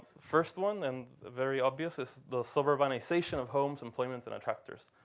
first one, and the very obvious, is the suburbanization of homes, employment, and attractors.